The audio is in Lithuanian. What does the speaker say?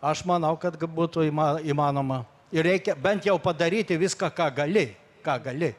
aš manau kad būtų įma įmanoma ir reikia bent jau padaryti viską ką gali ką gali